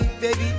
baby